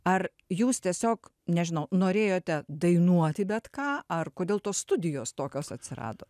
ar jūs tiesiog nežinau norėjote dainuoti bet ką ar kodėl tos studijos tokios atsirado